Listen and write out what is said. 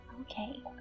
Okay